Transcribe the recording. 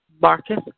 Marcus